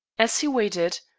as he waited,